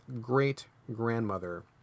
great-grandmother